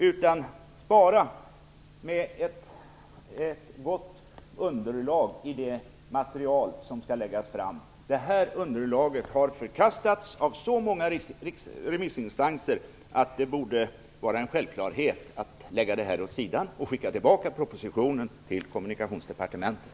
Vi vill spara, med ett gott underlag i det material som läggs fram. Detta underlag har förkastats av så många remissinstanser att det borde vara en självklarhet att lägga det åt sidan och skicka tillbaka propositionen till Kommunikationsdepartementet.